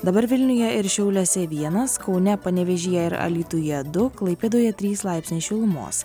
dabar vilniuje ir šiauliuose vienas kaune panevėžyje ir alytuje du klaipėdoje trys laipsniai šilumos